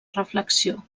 reflexió